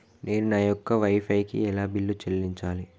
నేను నా యొక్క వై ఫై కి ఎలా బిల్లు చెల్లించాలి?